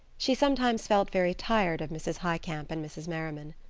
she sometimes felt very tired of mrs. highcamp and mrs. merriman.